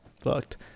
fucked